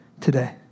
today